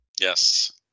Yes